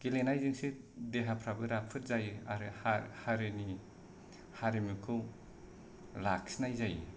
गेलेनायजोंसो देहाफोराबो राफोद जायो आरो हारिनि हारिमुखौ लाखिनाय जायो